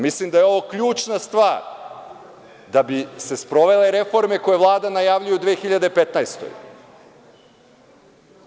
Mislim da je ovo ključna stvar da bi se sprovele reforme koje Vlada najavljuje u 2015. godini.